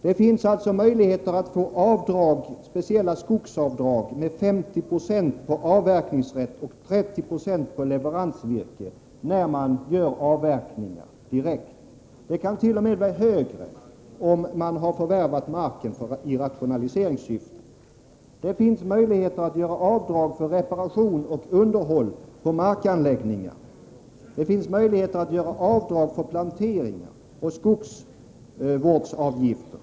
Det finns möjligheter att få speciella skogsavdrag med 50 90 på avverkningsrätt och 3096 på leveransvirke direkt när man gör avverkningar. Avdraget kant.o.m. vara högre, om man har förvärvat marken i rationaliseringssyfte. Vidare finns det möjligheter att göra avdrag för reparation och underhåll på markanläggningar. Möjligheter finns också att göra avdrag för planteringar m.m. och för skogsvårdsavgifter.